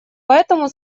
поэтому